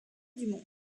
dumont